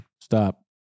stop